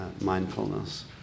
mindfulness